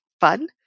fun